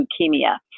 leukemia